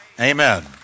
Amen